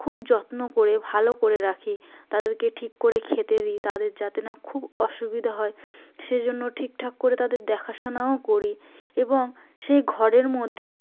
খুব যত্ন করে ভালো করে রাখি তাদেরকে ঠিক করে খেতে দিই তাদের যাতে না খুব অসুবিধা হয় সেজন্য ঠিকঠাক করে তাদের দেখাশোনাও করি এবং সেই ঘরের মধ্যে